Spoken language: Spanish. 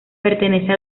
pertenece